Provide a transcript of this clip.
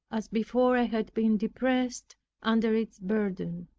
as before i had been depressed under its burden.